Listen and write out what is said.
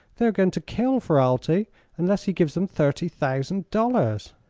they are going to kill ferralti unless he gives them thirty thousand dollars.